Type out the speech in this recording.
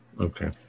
Okay